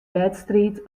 wedstriid